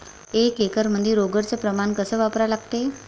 एक एकरमंदी रोगर च प्रमान कस वापरा लागते?